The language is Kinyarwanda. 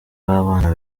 w’abana